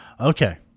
Okay